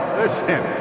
listen